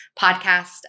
podcast